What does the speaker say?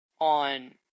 on